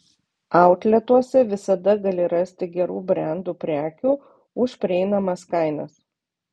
autletuose visada gali rasti gerų brendų prekių už prieinamas kainas